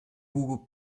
hugo